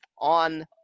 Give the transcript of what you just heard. On